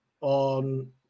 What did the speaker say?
on